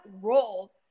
role